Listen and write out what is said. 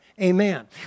Amen